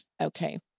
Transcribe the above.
Okay